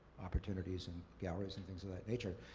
opportunities, and galleries and things of that nature.